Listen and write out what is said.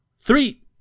Three